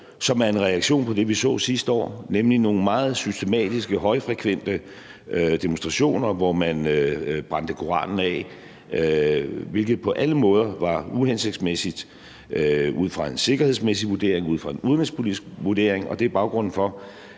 som er en reaktion på det, vi så sidste år, nemlig nogle meget systematiske, højfrekvente demonstrationer, hvor man brændte koranen af, hvilket på alle måder var uhensigtsmæssigt ud fra en sikkerhedsmæssig vurdering, ud fra en udenrigspolitisk vurdering. Og det er baggrunden for,